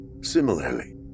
Similarly